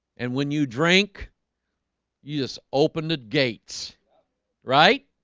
and when you drink you just open the gates right